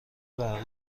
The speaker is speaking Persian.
برقی